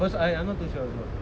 first I I'm not too sure also